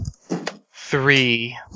three